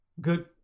good